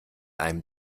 einem